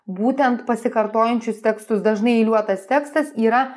būtent pasikartojančius tekstus dažnai eiliuotas tekstas yra